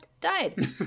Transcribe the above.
died